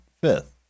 fifth